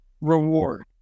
reward